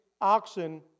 oxen